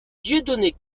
dieudonné